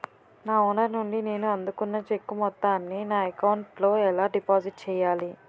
నా ఓనర్ నుండి నేను అందుకున్న చెక్కు మొత్తాన్ని నా అకౌంట్ లోఎలా డిపాజిట్ చేయాలి?